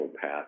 path